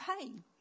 pain